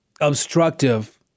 obstructive